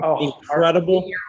incredible